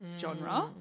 genre